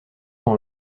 dans